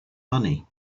money